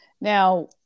Now